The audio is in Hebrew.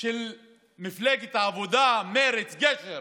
של מפלגת העבודה-מרצ-גשר.